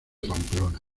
pamplona